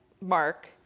Mark